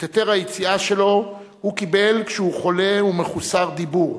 את היתר היציאה שלו הוא קיבל כשהוא חולה ומחוסר דיבור.